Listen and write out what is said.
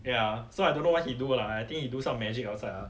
ya so I don't know what he do lah I think he do some magic outside lah